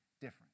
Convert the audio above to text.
different